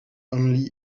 only